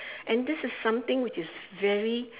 and this is something which is very